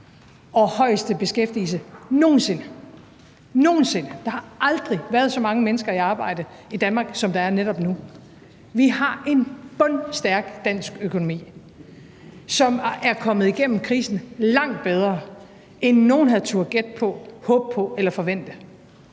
den højeste beskæftigelse nogen sinde – nogen sinde. Der har aldrig været så mange mennesker i arbejde i Danmark, som der er netop nu. Vi har en bomstærk dansk økonomi, hvor vi er kommet igennem krisen langt bedre, end nogen havde turdet gætte på, håbe på eller forvente.